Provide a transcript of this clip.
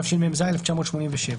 התשמ״ז-1987.